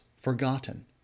forgotten